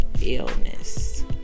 illness